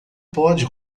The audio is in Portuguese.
pode